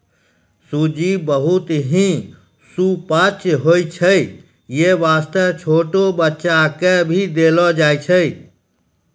सूजी बहुत हीं सुपाच्य होय छै यै वास्तॅ छोटो बच्चा क भी देलो जाय छै